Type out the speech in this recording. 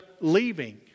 leaving